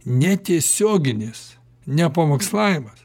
netiesioginis ne pamokslavimas